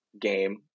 game